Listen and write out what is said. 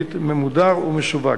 הלא-חוקית ממודרים ומסווגים.